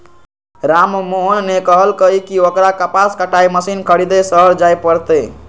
राममोहन ने कहल कई की ओकरा कपास कटाई मशीन खरीदे शहर जाय पड़ तय